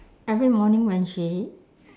every morning when she